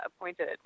appointed